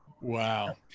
Wow